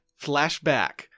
Flashback